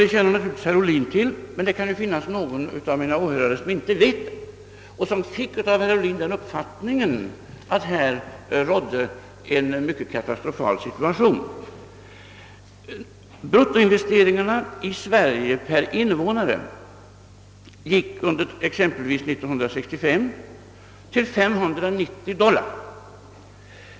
Detta känner naturligtvis herr Ohlin till, men det kan ju finnas någon av mina åhörare som inte vet det och som av herr Ohlin fick den uppfattningen att här rådde en mycket katastrofal situation. Bruttoinvesteringarna i Sverige per invånare uppgick under exempelvis år 1965 till 590 dollar.